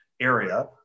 area